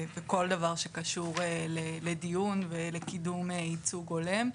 כל דבר שקשור לדיון וקידום ייצוג הולם.